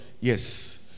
Yes